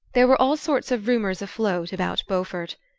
there were all sorts of rumours afloat about beaufort.